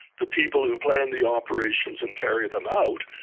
the people who plan and the operations and carry them out,